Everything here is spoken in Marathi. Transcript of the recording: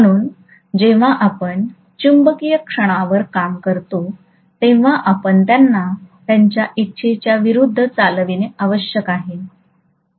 म्हणून जेव्हा आपण चुंबकीय क्षणावर काम करता तेव्हा आपण त्यांना त्यांच्या इच्छेच्या विरूद्ध चालविणे आवश्यक आहे